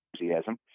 enthusiasm